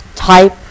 type